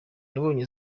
yabonye